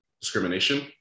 discrimination